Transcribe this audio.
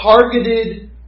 targeted